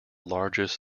largest